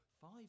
five